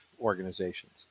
organizations